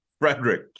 Frederick